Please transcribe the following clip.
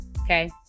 Okay